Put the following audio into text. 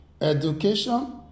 education